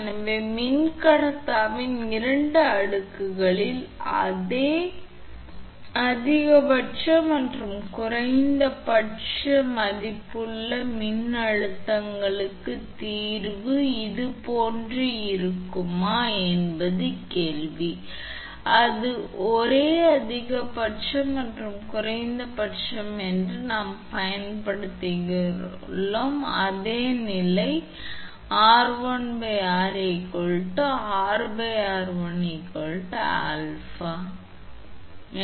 எனவே மின்கடத்தாவின் இரண்டு அடுக்குகளில் அதே அதிகபட்ச மற்றும் குறைந்தபட்ச மதிப்புள்ள மின்சார அழுத்தங்களுக்கு தீர்வு இதுபோன்று இருக்கும் என்பது கேள்வி அது ஒரே அதிகபட்சம் மற்றும் குறைந்தபட்சம் என்றால் நாம் பயன்படுத்தும் அதே நிலை 𝑟1 𝑅 𝛼 𝑟 𝑟1 எனவே 𝑅⁄𝑟 𝛼2 ஏனெனில் 𝑟1 𝛼 வலது மற்றும் 𝑅 𝛼 நீங்கள் பெருக்கினால் நீங்கள் 𝑟1 𝑟1 பெறுவீர்கள் 𝑟 𝑟11 ரத்து 𝑅⁄𝑟 𝛼2 எனவே 𝛼 𝑅 2 வலது